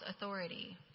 authority